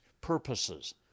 purposes